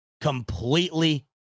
completely